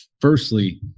Firstly